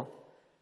פה,